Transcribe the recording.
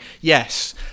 Yes